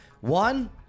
One